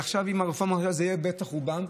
ועכשיו עם הרפורמה זה בטח יהיה רובם,